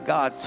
God